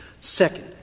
Second